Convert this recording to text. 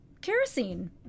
kerosene